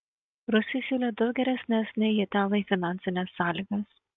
rusai siūlė daug geresnes nei italai finansines sąlygas